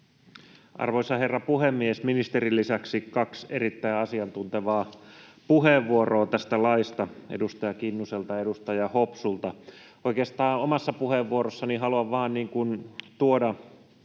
Arvoisa herra puhemies! Ministerin lisäksi oli kaksi erittäin asiantuntevaa puheenvuoroa tästä laista, edustaja Kinnuselta ja edustaja Hopsulta. Oikeastaan omassa puheenvuorossani haluan vain tuoda